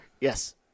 Yes